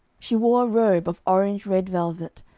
she wore a robe of orange-red velvet,